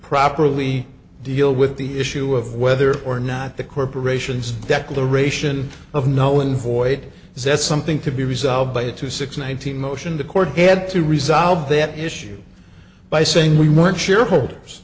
properly deal with the issue of whether or not the corporations declaration of knowing void that's something to be resolved by a two six nineteen motion the court had to resolve that issue by saying we weren't shareholders